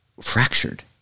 fractured